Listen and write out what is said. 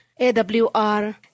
AWR